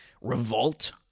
revolt